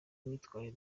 imyitwarire